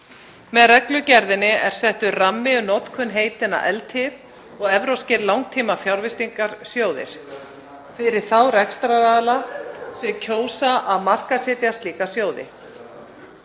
Með reglugerðinni er settur rammi um notkun heitanna „ELTIF“ og „evrópskir langtímafjárfestingarsjóðir“ fyrir þá rekstraraðila sem kjósa að markaðssetja slíka sjóði.